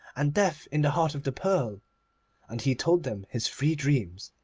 and death in the heart of the pearl and he told them his three dreams.